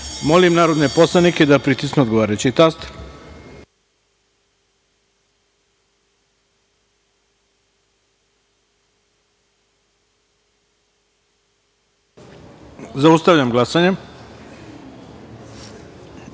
narodne poslanike da pritisnu odgovarajući taster. Zaustavljam glasanje: